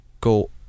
go